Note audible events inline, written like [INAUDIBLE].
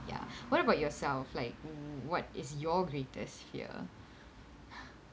ya what about yourself like what is your greatest fear [BREATH]